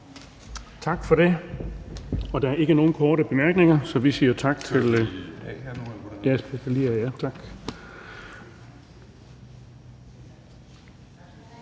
Tak for det. Der er ikke nogen korte bemærkninger, så vi siger tak til Ole Birk